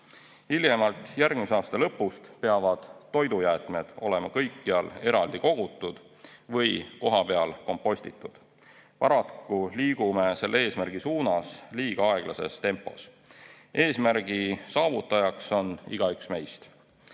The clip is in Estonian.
Hiljemalt järgmise aasta lõpust peavad toidujäätmed olema kõikjal eraldi kogutud või kohapeal kompostitud. Paraku liigume selle eesmärgi suunas liiga aeglases tempos. Eesmärgi saavutajaks on igaüks meist,